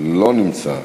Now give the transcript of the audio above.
לא נמצא,